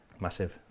Massive